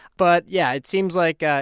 but yeah, it seems like, ah